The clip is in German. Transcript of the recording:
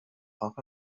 brach